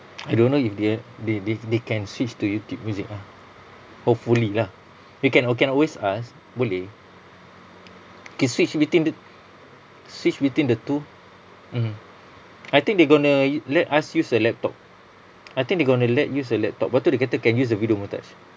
I don't know if their they they they can switch to YouTube music ah hopefully lah we can we can always ask boleh can switch between th~ switch between the two mmhmm I think they gonna let us use the laptop I think they gonna let use the laptop sebab tu dia kata can use the video montage